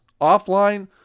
offline